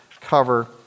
cover